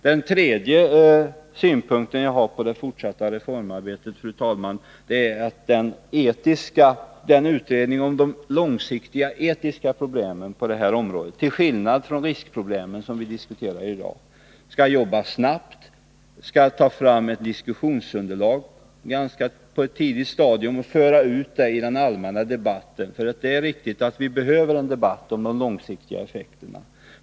Ytterligare en synpunkt som jag har på det fortsatta reformarbetet, fru talman, är att den utredning som skall ta upp långsiktiga etiska problem på detta område, till skillnad från de riskproblem som vi diskuterar i dag, skall arbeta snabbt. Den bör ta fram ett diskussionsunderlag på ett tidigt stadium och föra ut det i den allmänna debatten. Det är riktigt att vi behöver en debatt om de långsiktiga effekterna.